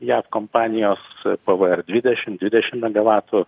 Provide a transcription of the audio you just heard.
jav kompanijos pvr dvidešim dvidešim megavatų